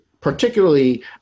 Particularly